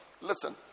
listen